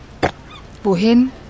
Wohin